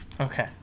Okay